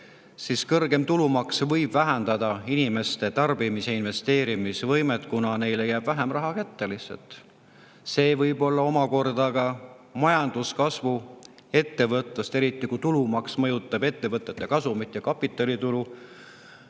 siis kõrgem tulumaks võib vähendada inimeste tarbimis- ja investeerimisvõimet, kuna neile jääb lihtsalt vähem raha kätte. See aga võib omakorda majanduskasvu ja ettevõtlust mõjutada, eriti kui tulumaks mõjutab ettevõtete kasumit ja kapitalitulu,